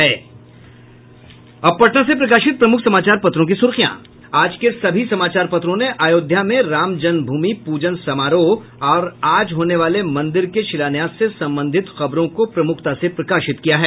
अब पटना से प्रकाशित प्रमुख समाचार पत्रों की सुर्खियां आज के सभी समाचार पत्रों ने अध्योध्या में राम जन्म भूमि प्रजन समारोह और आज होने वाले मंदिर के शिलान्यास से संबंधित खबरों को प्रमुखता से प्रकाशित किया है